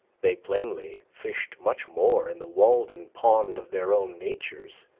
they plainly fished much more in the walden pond of their own natures,